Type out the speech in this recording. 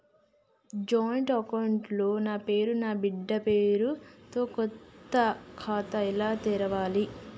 Joint account లో నా పేరు నా బిడ్డే పేరు తో కొత్త ఖాతా ఎలా తెరవాలి?